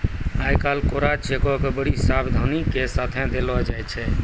आइ काल्हि कोरा चेको के बड्डी सावधानी के साथे देलो जाय छै